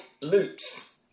loops